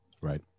right